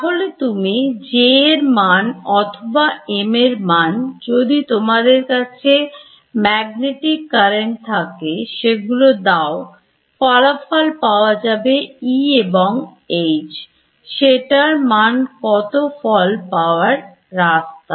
তাহলে তুমি J এর মান অথবা M এর মান যদি তোমার কাছে ম্যাগনেটিক কারেন্ট থাকে সেগুলো দাও ফলাফল পাওয়া যাবে E এবং Hসেটা মানকত ফল পাওয়ার রাস্তা